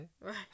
Right